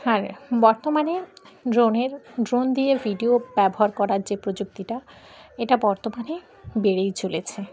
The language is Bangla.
আর বর্তমানে ড্রোনের ড্রোন দিয়ে ভিডিও ব্যবহার করার যে প্রযুক্তিটা এটা বর্তমানে বেড়েই চলেছে